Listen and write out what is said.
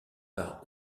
par